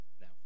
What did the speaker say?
now